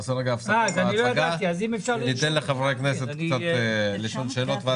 נעשה הפסקה בהצגת המצגת ונאפשר לחברי הכנסת לשאול שאלות.